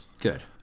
Good